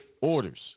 Orders